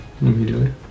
immediately